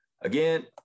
again